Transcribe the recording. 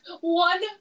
One